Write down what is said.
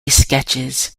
sketches